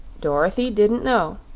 dorothy didn't know.